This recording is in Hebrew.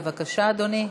בבקשה, אדוני.